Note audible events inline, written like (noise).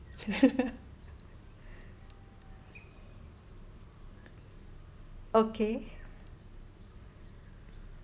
(laughs) okay